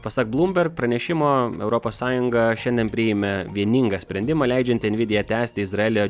pasak bloomberg pranešimo europos sąjunga šiandien priėmė vieningą sprendimą leidžiantį envidia tęsti izraelio